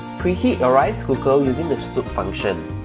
preheat your rice cooker using the soup function